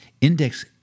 index